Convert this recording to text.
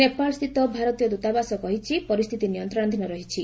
ନେପାଳସ୍ଥିତ ଭାରତୀୟ ଦୂତାବାସ କହିଛି ପରିସ୍ଥିତି ନିୟନ୍ତ୍ରଣାଧୀନ ରହିଛି